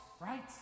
Right